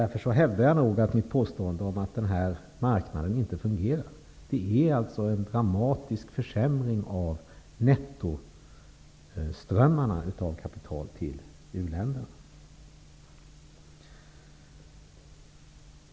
Därför hävdar jag nog att mitt påstående om att den här marknaden inte fungerar är korrekt. Det är alltså fråga om en dramatisk försämring av nettoströmmarna av kapital till u-länderna.